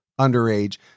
underage